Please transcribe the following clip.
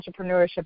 entrepreneurship